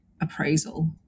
appraisal